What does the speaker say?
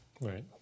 Right